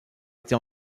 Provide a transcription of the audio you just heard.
été